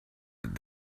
that